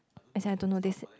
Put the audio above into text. as in I don't know this